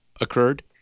occurred